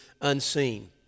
unseen